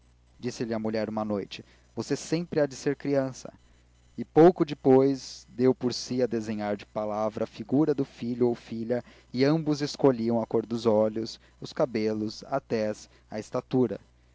agostinho disse-lhe a mulher uma noite você sempre há de ser criança e pouco depois deu por si a desenhar de palavra a figura do filho ou filha e ambos escolhiam a cor dos olhos os cabelos a tez a estatura